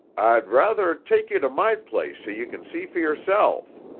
i'd druther take you to my place so you can see for yourself.